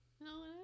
no